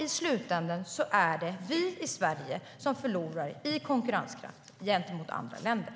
I slutänden är det vi i Sverige som förlorar i konkurrenskraft gentemot andra länder.